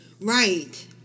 Right